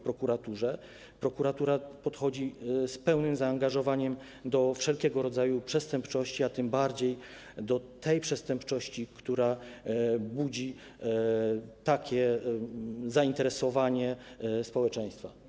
Prokuratura podchodzi z pełnym zaangażowaniem do wszelkiego rodzaju przestępczości, tym bardziej do tej przestępczości, która budzi takie zainteresowanie społeczeństwa.